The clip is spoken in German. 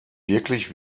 wirklich